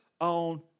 on